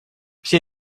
все